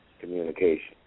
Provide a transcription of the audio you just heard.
communication